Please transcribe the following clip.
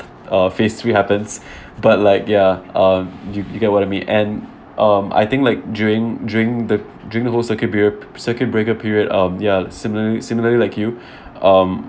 uh phase three happens but like ya uh you you get what I mean and um I think like during during the during the whole circuit perio~ ~ curcuit breaker period um ya similar similarly like you